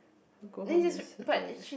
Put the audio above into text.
you go home then settle it